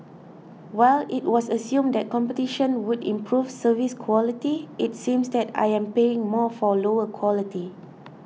while it was assumed that competition would improve service quality it seems that I am paying more for lower quality